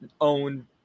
own